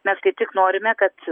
mes kaip tik norime kad